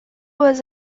was